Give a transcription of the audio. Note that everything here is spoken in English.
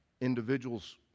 individuals